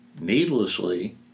needlessly